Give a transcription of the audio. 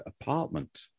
apartment